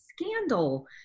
scandal